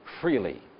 freely